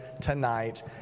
tonight